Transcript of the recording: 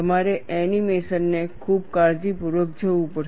તમારે એનિમેશન ને ખૂબ કાળજીપૂર્વક જોવું પડશે